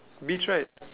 beach right